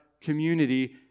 community